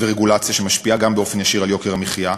ורגולציה, שגם משפיעה באופן ישיר על יוקר המחיה,